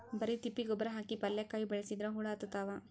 ಬರಿ ತಿಪ್ಪಿ ಗೊಬ್ಬರ ಹಾಕಿ ಪಲ್ಯಾಕಾಯಿ ಬೆಳಸಿದ್ರ ಹುಳ ಹತ್ತತಾವ?